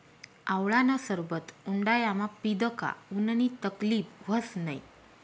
आवळानं सरबत उंडायामा पीदं का उननी तकलीब व्हस नै